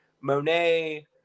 Monet